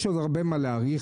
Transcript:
יש עוד הרבה מה להאריך,